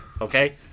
Okay